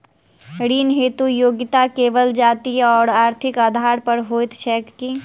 ऋण हेतु योग्यता केवल जाति आओर आर्थिक आधार पर होइत छैक की?